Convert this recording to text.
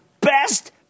best